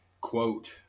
Quote